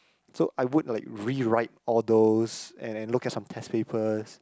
so I would like rewrite all those and look at some tests papers